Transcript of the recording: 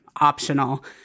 optional